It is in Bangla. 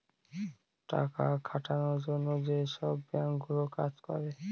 টাকা খাটানোর জন্য যেসব বাঙ্ক গুলো কাজ করে